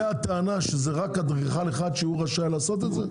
לגבי הטענה שלפיה יש רק אדריכל אחד שרשאי לעשות את זה?